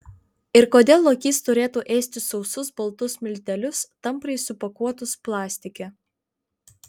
ir kodėl lokys turėtų ėsti sausus baltus miltelius tampriai supakuotus plastike